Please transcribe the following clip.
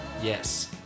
Yes